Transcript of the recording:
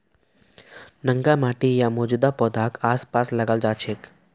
नंगा माटी या मौजूदा पौधाक आसपास लगाल जा छेक